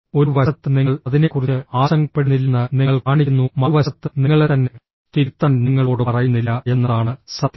ഒരു വശത്ത് നിങ്ങൾ അതിനെക്കുറിച്ച് ആശങ്കപ്പെടുന്നില്ലെന്ന് നിങ്ങൾ കാണിക്കുന്നു മറുവശത്ത് നിങ്ങളെത്തന്നെ തിരുത്താൻ നിങ്ങളോട് പറയുന്നില്ല എന്നതാണ് സത്യം